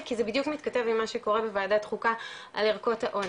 כי זה בדיוק מתכתב עם מה שקורה בוועדת חוקה על ערכות האונס,